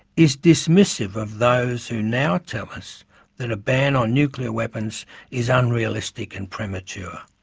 is dismissive of those who now tell us that a ban on nuclear weapons is unrealistic and premature.